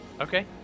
Okay